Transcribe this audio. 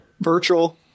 virtual